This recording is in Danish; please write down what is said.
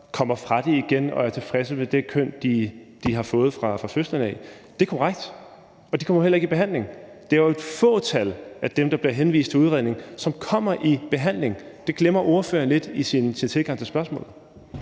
kommer fra det igen og er tilfreds med det køn, de har fået fra fødslen af. Det er korrekt, og de kommer jo heller ikke i behandling. Det er jo et fåtal af dem, der bliver henvist til udredning, som kommer i behandling, men det glemmer ordføreren lidt i sin tilgang til spørgsmålet.